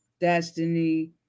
Destiny